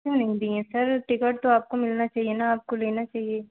क्यों नहीं दिए सर टिकट तो आपको मिलना चहिए ना आपको लेना चाहिए